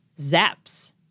zaps